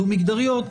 דו-מגדריות,